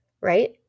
right